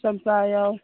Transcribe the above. ꯆꯝꯄ꯭ꯔꯥ ꯌꯥꯎꯏ